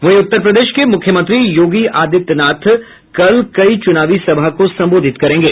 वहीं उत्तर प्रदेश के मुख्यमंत्री योगी आदित्यनाथ कल कई चुनावी सभा को संबोधित करेंगे